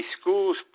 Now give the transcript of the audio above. school's